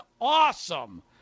awesome